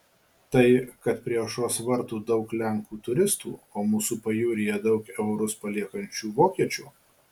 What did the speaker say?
tai kad prie aušros vartų daug lenkų turistų o mūsų pajūryje daug eurus paliekančių vokiečių